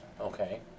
Okay